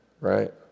right